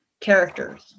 characters